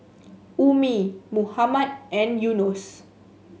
Ummi Muhammad and Yunos